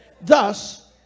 Thus